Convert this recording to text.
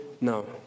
No